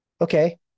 Okay